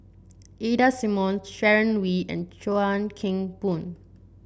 Ida Simmons Sharon Wee and Chuan Keng Boon